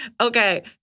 Okay